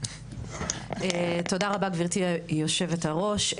תודה רבה גברתי יושבת הראש.